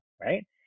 right